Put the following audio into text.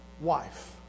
wife